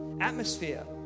Atmosphere